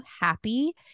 happy